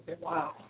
wow